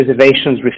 reservations